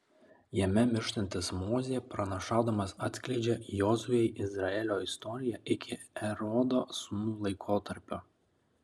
jame mirštantis mozė pranašaudamas atskleidžia jozuei izraelio istoriją iki erodo sūnų laikotarpio